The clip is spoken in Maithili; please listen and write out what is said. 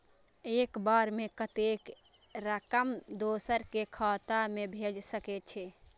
एक बार में कतेक रकम दोसर के खाता में भेज सकेछी?